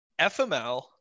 FML